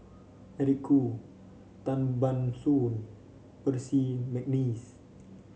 Eric Khoo Tan Ban Soon Percy McNeice